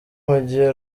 mugihe